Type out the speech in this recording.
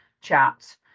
chat